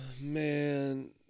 man